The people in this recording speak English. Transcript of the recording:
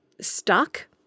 stuck